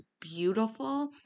beautiful